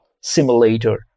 simulator